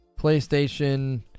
PlayStation